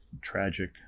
tragic